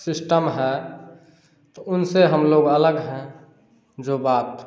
system है तो उनसे हमलोग अलग हैं जो बात